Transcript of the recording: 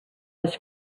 was